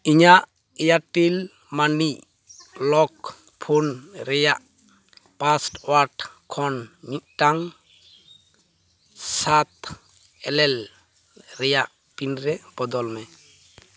ᱤᱧᱟᱜ Airtel money lock phone ᱨᱮᱭᱟᱜ password ᱠᱷᱚᱱ ᱢᱤᱫᱴᱟᱝ ᱥᱟᱛ ᱮᱞᱮᱞ ᱨᱮᱭᱟᱜ ᱯᱤᱱᱨᱮ ᱵᱚᱫᱚᱞ ᱢᱮ